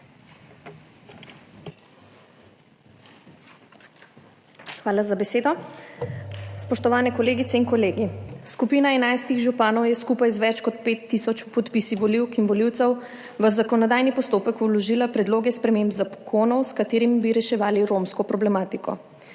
Hvala za besedo. Spoštovane kolegice in kolegi! Skupina 11 županov je skupaj z več kot 5 tisoč podpisi volivk in volivcev v zakonodajni postopek vložila predloge sprememb zakonov, s katerimi bi reševali romsko problematiko.